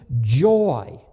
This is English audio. joy